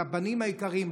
לבנים היקרים,